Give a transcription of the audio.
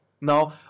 Now